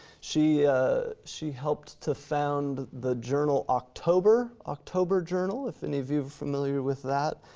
she she helped to found the journal october, october journal if any of you are familiar with that.